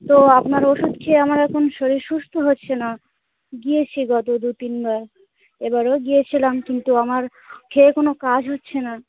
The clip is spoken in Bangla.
তো আপনার ওষুধ খেয়ে আমার এখন শরীর সুস্থ হচ্ছে না গিয়েছি গত দু তিনবার এবারও গিয়েছিলাম কিন্তু আমার খেয়ে কোনো কাজ হচ্ছে না